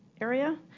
area